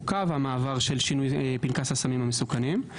המעבר של שינוי פנקס הסמים המסוכנים הוא נושא מורכב.